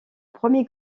premier